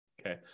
okay